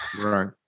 Right